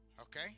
Okay